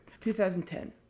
2010